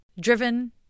driven